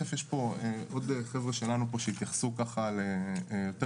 יש פה עוד חבר'ה שלנו שיתייחסו יותר לעומק